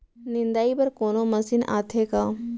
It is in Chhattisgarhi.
निंदाई बर कोनो मशीन आथे का?